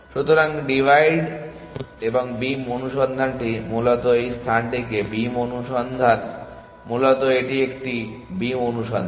সুতরাং ডিভাইড এবং বিম অনুসন্ধানটি মূলত এই স্থানটিতে বিম অনুসন্ধান প্রথমত এটি একটি বিম অনুসন্ধান